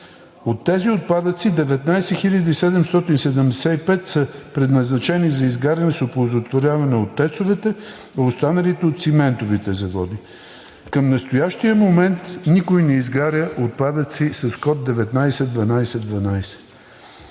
От тези отпадъци 19 775 са предназначени за изгаряне с оползотворяване от ТЕЦ-овете, а останалите от циментовите заводи. Към настоящия момент никой не изгаря отпадъци с код 19 12 12.